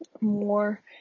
more